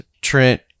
Trent